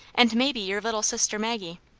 and maybe your little sister maggie